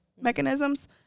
mechanisms